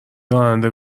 راننده